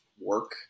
work